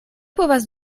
povas